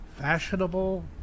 Fashionable